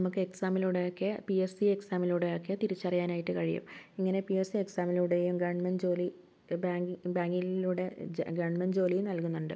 നമുക്ക് എക്സാമിലൂടെയൊക്കെ P S C എക്സാമിലൂടെയൊക്കെ തിരിച്ചറിയാനായിട്ട് കഴിയും ഇങ്ങനെ പി എസ് സി എക്സാമിലൂടെയും ഗവൺമെന്റ് ജോലി ബാങ്ക് ബാങ്കിങ്ങിലൂടെ ജെ ഗവൺമെന്റ് ജോലിയും നൽകുന്നുണ്ട്